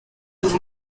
which